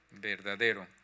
Verdadero